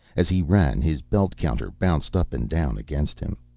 as he ran his belt counter bounced up and down against him.